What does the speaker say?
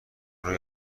روی